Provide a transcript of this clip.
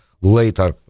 later